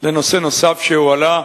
לנושא נוסף שהועלה,